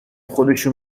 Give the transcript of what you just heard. خودشو